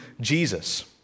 Jesus